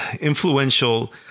influential